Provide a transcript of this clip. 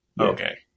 Okay